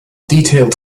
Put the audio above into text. detailed